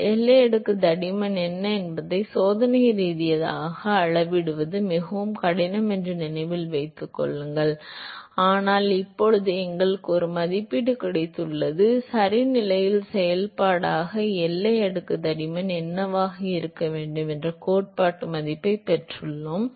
எனவே எல்லை அடுக்கு தடிமன் என்ன என்பதை சோதனை ரீதியாக அளவிடுவது மிகவும் கடினம் என்பதை நினைவில் கொள்ளுங்கள் ஆனால் இப்போது எங்களுக்கு ஒரு மதிப்பீடு கிடைத்துள்ளது சரி நிலையின் செயல்பாடாக எல்லை அடுக்கு தடிமன் என்னவாக இருக்க வேண்டும் என்ற கோட்பாட்டு மதிப்பீட்டைப் பெற்றுள்ளோம்